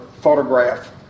photograph